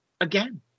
again